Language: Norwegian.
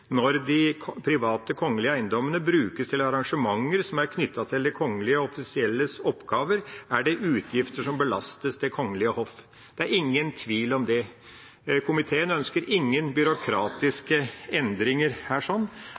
de private kongelige eiendommene brukes til arrangementer som er knyttet til de kongeliges offisielle oppgaver, er det utgifter som belastes Det kongelige hoff.» Det er ingen tvil om det. Komiteen ønsker ingen byråkratiske endringer her.